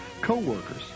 co-workers